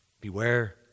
Beware